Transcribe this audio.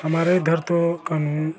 हमारे इधर तो क़ानून